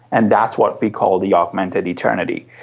and that's what we call the augmented eternity.